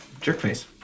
Jerkface